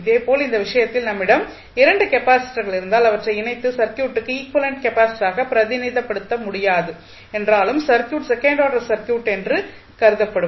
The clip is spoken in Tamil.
அதேபோல் இந்த விஷயத்தில் நம்மிடம் 2 கெப்பாசிட்டர்கள் இருந்தால் அவற்றை இணைத்து சர்க்யூட்டுக்கு ஈக்விவலெண்ட் கெப்பாசிட்டராக பிரதிநிதித்துவப்படுத்த முடியாது என்றாலும் சர்க்யூட் செகண்ட் ஆர்டர் சர்க்யூட் என்று கருதப்படும்